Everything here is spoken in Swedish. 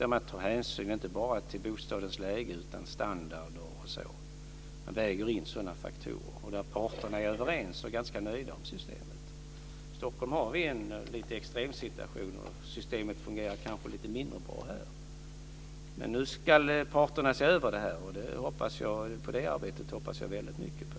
Hänsyn tas inte bara till bostadens läge utan också till standard osv. Sådana faktorer vägs in. Parterna är överens och ganska nöjda med systemet. I Stockholm har vi en lite extrem situation. Systemet fungerar kanske lite mindre bra här men nu ska ju parterna göra en översyn av detta. Det arbetet hoppas jag väldigt mycket på.